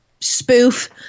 spoof